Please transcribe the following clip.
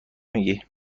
میگی